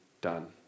done